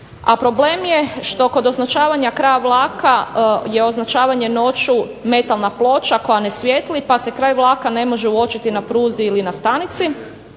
problem je što kod označavanja kraja vlaka je označavanje noću metalna ploča koja ne svijetli pa se kraj vlaka ne može uočiti na pruzi ili na stanici,